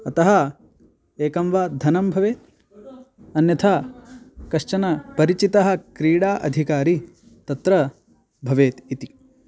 अतः एकं वा धनं भवेत् अन्यथा कश्चन परिचितः क्रीडा अधिकारी तत्र भवेत् इति